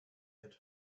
had